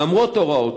למרות ההוראות,